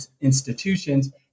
institutions